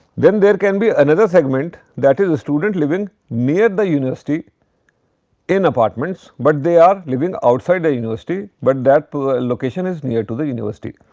then there can be another segment that is the student living near the university in apartments, but they are living outside a university, but that ah location is near to the university.